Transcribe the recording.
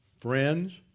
friends